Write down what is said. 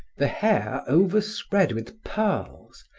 the hair overspread with pearls,